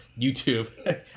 YouTube